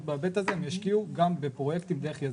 בהיבט הזה הם ישקיעו גם בפרויקטים דרך יזמים,